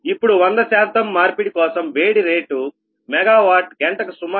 ఇప్పుడు 100 శాతం మార్పిడి కోసం వేడి రేటు మెగా వాట్ గంటకు సుమారు 0